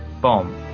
bomb